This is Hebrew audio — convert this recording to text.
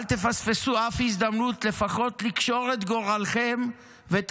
אל תפספסו אף הזדמנות לפחות לקשור את גורלכם ואת